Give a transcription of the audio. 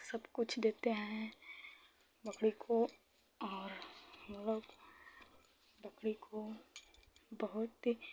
सबकुछ देते हैं बकरी को और मतलब बकरी को बहुत